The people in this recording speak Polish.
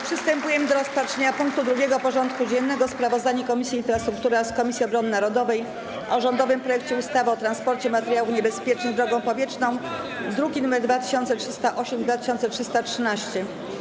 Przystępujemy do rozpatrzenia punktu 2. porządku dziennego: Sprawozdanie Komisji Infrastruktury oraz Komisji Obrony Narodowej o rządowym projekcie ustawy o transporcie materiałów niebezpiecznych drogą powietrzną (druki nr 2308 i 2313)